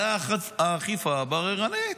האכיפה הבררנית.